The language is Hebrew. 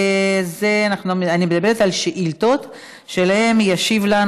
ואני מדברת על שאילתות שעליהן ישיב לנו